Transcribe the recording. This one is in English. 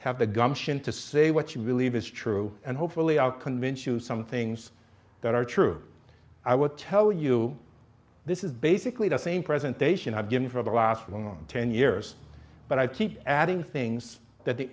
have the gumption to say what you believe is true and hopefully i'll convince you some things that are true i would tell you this is basically the same presentation i've given for the last long ten years but i keep adding things that the